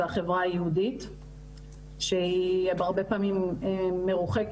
זה החברה היהודית שהיא בהרבה פעמים מרוחקת,